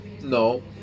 No